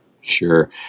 Sure